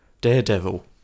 Daredevil